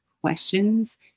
questions